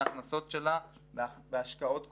ההכנסות שלה בהשקעות קונסטרוקטיביות.